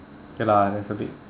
okay lah that's a bit